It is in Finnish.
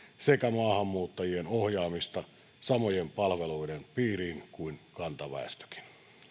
sekä maahanmuuttajien ohjaamista samojen palveluiden piiriin kuin kantaväestökin arvoisa